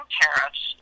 tariffs